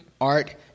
art